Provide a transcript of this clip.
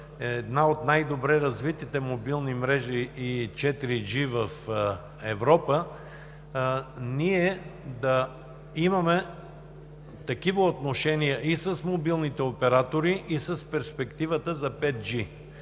една от най-добре развитите мобилни мрежи и 4G в Европа, да имаме такива отношения и с мобилните оператори, и с перспективата за 5G.